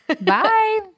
Bye